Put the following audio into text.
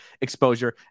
exposure